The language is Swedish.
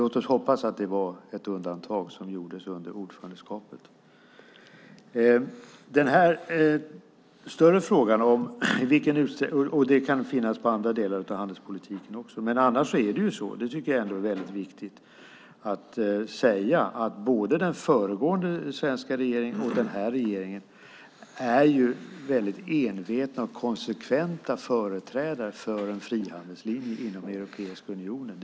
Låt oss hoppas att detta var ett undantag under ordförandeskapet. Annars är det viktigt att säga att både den föregående svenska regeringen och den här regeringen har varit väldigt envetna och konsekventa företrädare för en frihandelslinje inom Europeiska unionen.